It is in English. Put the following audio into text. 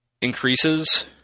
increases